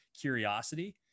curiosity